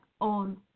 on